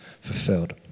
fulfilled